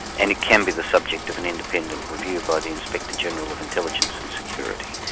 and it can be the subject of an independent review by the inspector-general of intelligence and security.